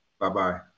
Bye-bye